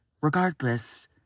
regardless